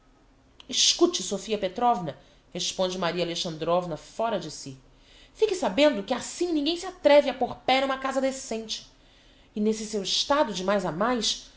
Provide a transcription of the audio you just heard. escute sofia petrovna responde maria alexandrovna fora de si fique sabendo que assim ninguem se atreve a pôr pé numa casa decente e n'esse seu estado de mais a mais